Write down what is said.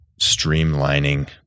streamlining